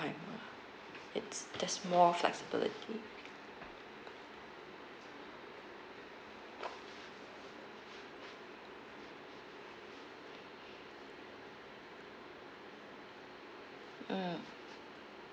it's there's more flexibility mm